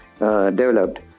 Developed